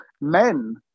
Men